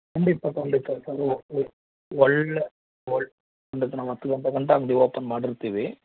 ಖಂಡಿತ ಖಂಡಿತ ಸರ್ ಒಳ್ಳೆಯ ಒಳ್ಳೆ ಖಂಡಿತ ನಾವು ಹತ್ತು ಗಂಟೆಗಂಟ ಅಂಗಡಿ ಓಪನ್ ಮಾಡಿರ್ತೀವಿ